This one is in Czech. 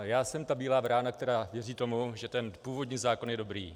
Já jsem ta bílá vrána, která věří tomu, že původní zákon je dobrý.